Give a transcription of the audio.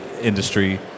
industry